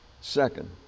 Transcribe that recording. Second